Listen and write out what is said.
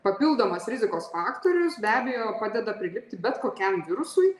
papildomas rizikos faktorius be abejo padeda prilipti bet kokiam virusui